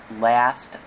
last